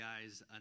guys